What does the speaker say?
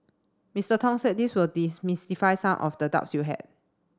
Mister Tong said this will demystify some of the doubts you had